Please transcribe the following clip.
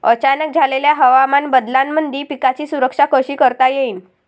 अचानक झालेल्या हवामान बदलामंदी पिकाची सुरक्षा कशी करता येईन?